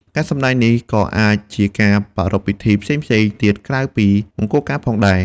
ការសម្តែងនេះក៏អាចជាការប្រារព្ធពិធីផ្សេងៗទៀតក្រៅពីមង្គលការផងដែរ។